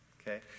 Okay